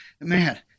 man